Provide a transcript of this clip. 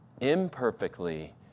imperfectly